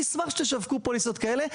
אני אשמח שתשווקו פוליסות כאלה.